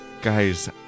Guys